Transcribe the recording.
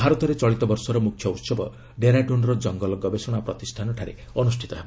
ଭାରତରେ ଚଳିତବର୍ଷର ମୁଖ୍ୟ ଉତ୍ସବ ଡେରାଡୁନ୍ର ଜଙ୍ଗଲ ଗବେଷଣା ପ୍ରତିଷ୍ଠାନଠାରେ ଅନୁଷ୍ଠିତ ହେବ